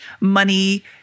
money